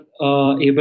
able